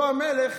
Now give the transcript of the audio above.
אותו המלך